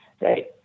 right